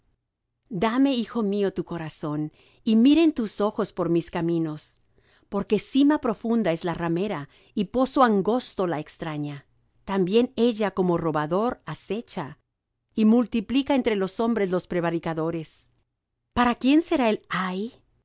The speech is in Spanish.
dame hijo mío tu corazón y miren tus ojos por mis caminos porque sima profunda es la ramera y pozo angosto la extraña también ella como robador acecha y multiplica entre los hombres los prevaricadores para quién será el ay